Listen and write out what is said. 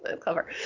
clever